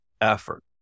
effort